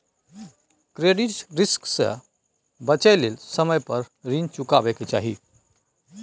credit risk से बचइ लेल समय पर रीन चुकाबै के चाही